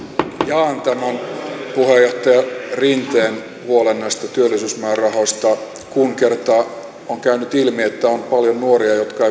jaan tämän puheenjohtaja rinteen huolen näistä työllisyysmäärärahoista kun kerta on käynyt ilmi että on paljon nuoria jotka